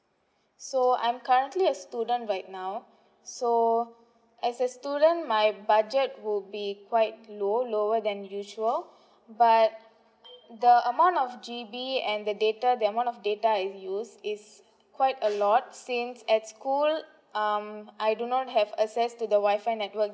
so I'm currently a student right now so as a student my budget will be quite low lower than usual but the amount of G_B and the data that one of data I've used is quite a lot since at school um I do not have access to the WI-FI network